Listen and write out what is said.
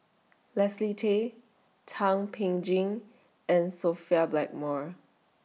Leslie Tay Thum Ping Tjin and Sophia Blackmore